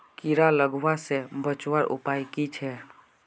कीड़ा लगवा से बचवार उपाय की छे?